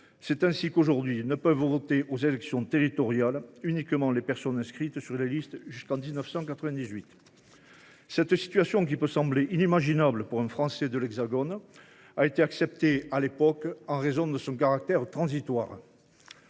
C’est ainsi que seules peuvent voter aux élections territoriales les personnes inscrites sur les listes jusqu’en 1998. Cette situation, inimaginable pour un Français de l’Hexagone, a été acceptée à l’époque en raison de son caractère transitoire.